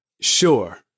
Sure